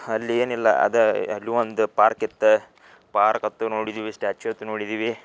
ಅಲ್ಲಿ ಏನಿಲ್ಲ ಅದು ಅಲ್ಲಿ ಒಂದು ಪಾರ್ಕ್ ಇತ್ತು ಪಾರ್ಕ್ ಅತ್ತು ನೋಡಿದಿವಿ ಸ್ಟ್ಯಾಚು ಅತ್ತು ನೋಡಿದಿವಿ